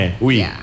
oui